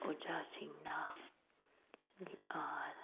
ꯑꯣꯖꯥꯁꯤꯡꯅ